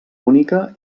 única